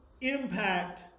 impact